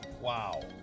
Wow